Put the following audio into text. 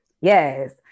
yes